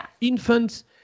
Infants